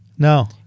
No